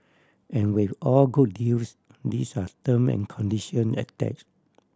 and with all good deals these are term and condition attach